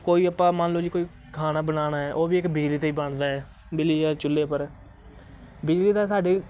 ਕੋਈ ਆਪਾਂ ਮੰਨ ਲਉ ਜੀ ਕੋਈ ਖਾਣਾ ਬਣਾਉਣਾ ਹੈ ਉਹ ਵੀ ਇੱਕ ਬਿਜਲੀ 'ਤੇ ਹੀ ਬਣਦਾ ਬਿਜਲੀ ਵਾਲੇ ਚੁੱਲ੍ਹੇ ਉੱਪਰ ਬਿਜਲੀ ਦਾ ਸਾਡੇ